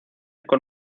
con